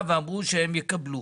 אני כן רוצה לדבר רגע על אותו